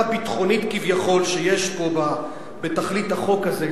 ביטחונית כביכול שיש פה בתכלית החוק הזה,